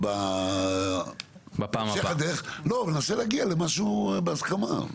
בהמשך הדרך וננסה להגיע למשהו בהסכמה.